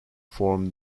form